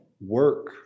work